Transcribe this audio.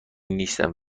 نیستن